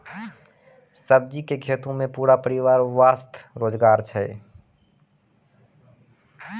सब्जी के खेतों मॅ पूरा परिवार वास्तॅ रोजगार छै